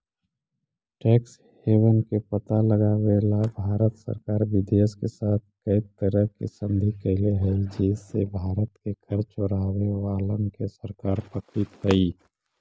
tax haven के पता लगावेला भारत सरकार विदेश के साथ कै तरह के संधि कैले हई जे से भारत के कर चोरावे वालन के सरकार पकड़ित हई